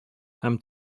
һәм